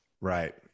Right